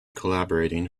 collaborating